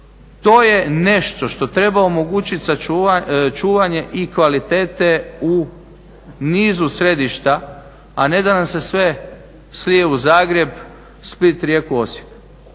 To je nešto što treba omogućiti čuvanje i kvalitete u nizu središta, a ne da nam se sve slije u Zagreb, Split, Rijeku, Osijek